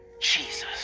Jesus